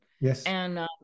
Yes